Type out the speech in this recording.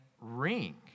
ring